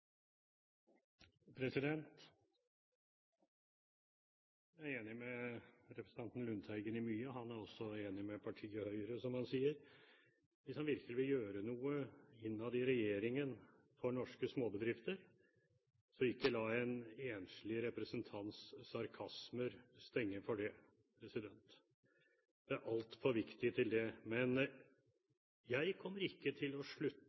land. Jeg er enig med representanten Lundteigen i mye. Han er også enig med partiet Høyre, som han sier. Hvis han virkelig vil gjøre noe innad i regjeringen for norske småbedrifter, så ikke la en enslig representants sarkasmer stenge for det. Dette er altfor viktig til det. Men jeg kommer ikke til å slutte